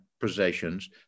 possessions